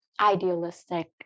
idealistic